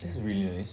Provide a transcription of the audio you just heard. that's really nice